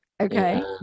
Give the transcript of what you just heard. okay